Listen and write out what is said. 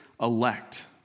elect